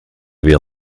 wir